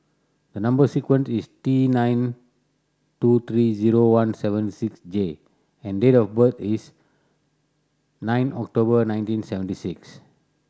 the number sequence is T nine two three zero one seven six J and date of birth is nine October nineteen seventy six